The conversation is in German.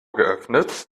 geöffnet